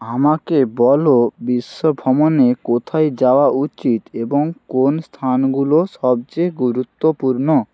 আমাকে বলো বিশ্ব ভ্রমণে কোথায় যাওয়া উচিত এবং কোন স্থানগুলো সবচেয়ে গুরুত্বপূর্ণ